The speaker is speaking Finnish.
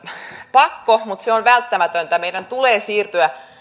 pakko mutta se on välttämätöntä ja meidän tulee siirtyä